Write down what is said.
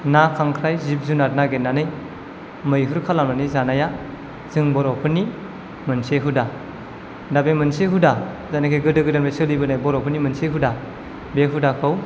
ना खांख्राय जिब जुनार नागिरनानै मैहुर खालामनानै जानाया जों बर'फोरनि मोनसे हुदा दा बे मोनसे हुदा जायनाखि गोदो गोदायनिफ्रायनो सोलिबोनाय मोनसे हुदा बे हुदाखौ